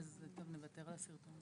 אנחנו מדברים על מדד עוני,